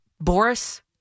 Boris